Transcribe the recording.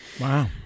Wow